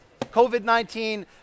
COVID-19